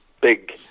big